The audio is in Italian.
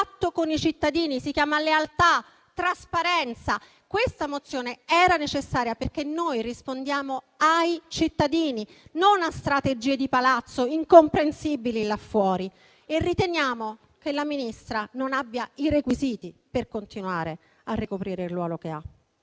patto con i cittadini; si chiama lealtà e trasparenza. Questa mozione era necessaria, perché noi rispondiamo ai cittadini, non a strategie di Palazzo, incomprensibili là fuori, e riteniamo che la Ministra non abbia i requisiti per continuare a ricoprire il ruolo che ha.